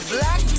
Black